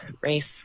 race